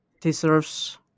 deserves